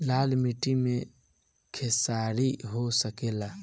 लाल माटी मे खेसारी हो सकेला?